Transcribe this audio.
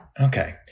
Okay